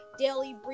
daily